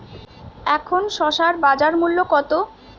এখন শসার বাজার মূল্য কত?